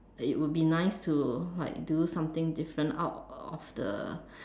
that it would be nice to like do something different out of the